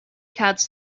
cards